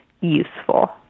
useful